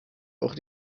auch